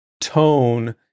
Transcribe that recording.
tone